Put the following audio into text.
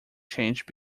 changed